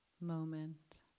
Moment